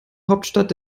hauptstadt